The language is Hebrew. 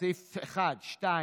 לסעיף 1 ו-2,